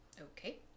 Okay